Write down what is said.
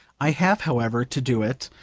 i have, however, to do it,